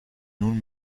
nun